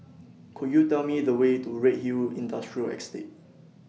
Could YOU Tell Me The Way to Redhill Industrial Estate